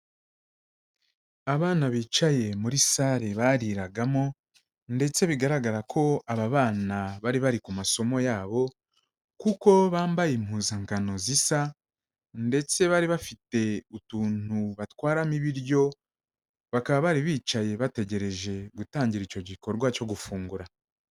Abana bicaye muri sale barigamo ndetse bigaragara ko aba bana bari bari ku masomo yabo kuko bambaye impuzangano zisa ndetse bari bafite utuntu batwaramo ibiryo, bakaba bari bicaye bategereje gutangira icyo gikorwa cyo gufungura.